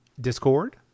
Discord